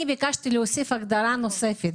אני ביקשתי להוסיף הגדרה נוספת.